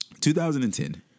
2010